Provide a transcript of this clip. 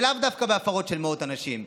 ולאו דווקא בהפרות של מאות אנשים,